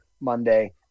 Monday